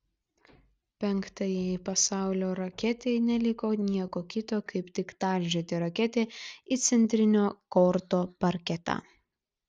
penktajai pasaulio raketei neliko nieko kito kaip tik talžyti raketę į centrinio korto parketą